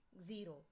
zero